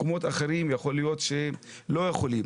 במקומות אחרים יכול להיות שלא יכולים.